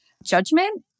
judgment